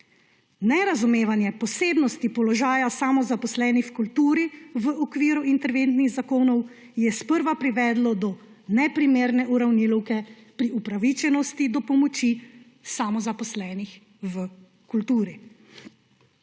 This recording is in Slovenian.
Nerazumevanje posebnosti položaja samozaposlenih v kulturi v okviru interventnih zakonov je sprva privedlo do neprimerne uravnilovke pri upravičenosti do pomoči samozaposlenih v kulturi.